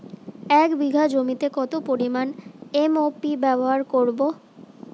এক বিঘা জমিতে কত পরিমান এম.ও.পি ব্যবহার করব?